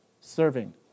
serving